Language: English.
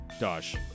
Dosh